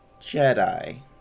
Jedi